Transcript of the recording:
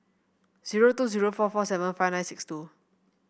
zero two zero four four seven five nine six two